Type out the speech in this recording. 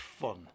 fun